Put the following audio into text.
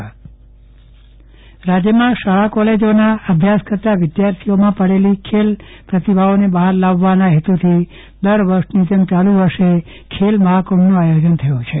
ચંદ્રવદન પટ્ટણી ખેલ મહાકુંભ આયોજન રાજ્યમાં શાળા કોલેજોમાં અભ્યાસ કરતા વિદ્યાર્થીઓમાં પડેલી ખેલ પ્રતિભાઓને બહાર લાવવાના હેતુથી દર વર્ષની જમે આ વર્ષે ખેલ મહાકુંભનું આયોજન કરાયું છે